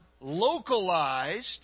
localized